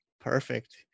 Perfect